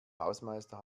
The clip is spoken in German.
hausmeister